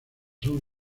son